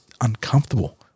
uncomfortable